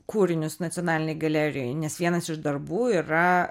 kūrinius nacionalinėj galerijoj nes vienas iš darbų yra